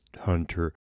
Hunter